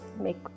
make